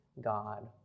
God